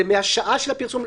זה מהשעה של הפרסום,